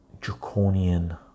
draconian